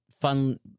fun